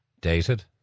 dated